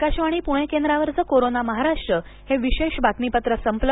आकाशवाणी प्णे केंद्रावरच कोरोना महाराष्ट्र हे विशेष बातमीपत्र संपल